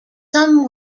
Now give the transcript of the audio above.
some